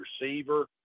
receiver